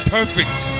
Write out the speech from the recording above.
Perfect